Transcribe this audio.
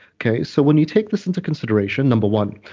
okay? so, when you take this into consideration, number one.